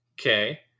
Okay